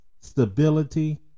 stability